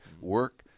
work